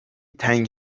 تنگ